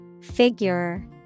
Figure